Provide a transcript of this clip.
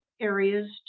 areas